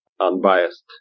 unbiased